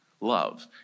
love